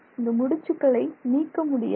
இந்த முடிச்சுகளை நீக்க முடியாது